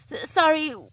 Sorry